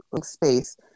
space